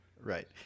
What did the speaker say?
Right